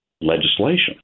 legislation